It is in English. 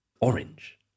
orange